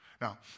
Now